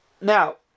now